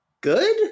good